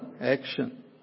action